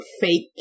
Fake